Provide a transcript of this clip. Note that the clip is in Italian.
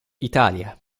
italia